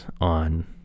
on